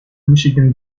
michigan